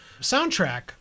soundtrack